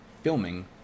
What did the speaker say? filming